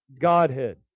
Godhead